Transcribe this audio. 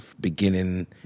beginning